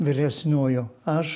vyresniuoju aš